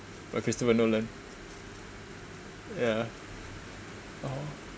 by christopher nolan ya oh